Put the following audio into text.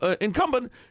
incumbent